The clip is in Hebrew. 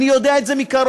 אני יודע את זה מקרוב.